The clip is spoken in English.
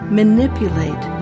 manipulate